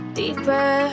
deeper